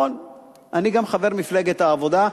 אתה גם חבר מפלגת העבודה.